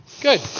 Good